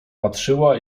patrzyła